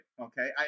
okay